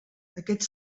aquests